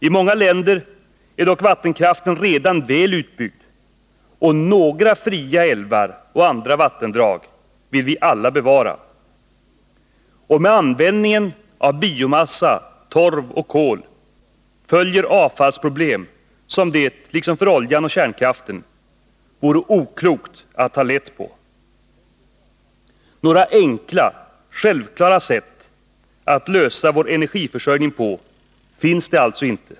I många länder är dock vattenkraften redan väl utbyggd, och några fria älvar och andra vattendrag vill vi alla bevara. Och med användningen av biomassa, torv och kol följer avfallsproblem som det, liksom för oljan och kärnkraften, vore oklokt att ta lätt på. Några enkla självklara sätt att lösa problemet med vår energiförsörjning finns det alltså inte.